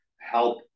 help